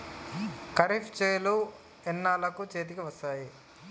ఖరీఫ్ చేలు ఎన్నాళ్ళకు చేతికి వస్తాయి?